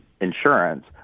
insurance